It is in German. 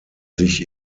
sich